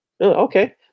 Okay